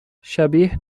شبیه